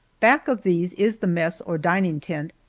back of these is the mess, or dining tent,